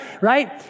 Right